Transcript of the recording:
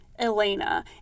Elena